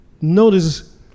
notice